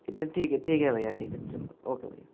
कितने ठीक है ठीक है भैया ठीक है चलो ओके भैया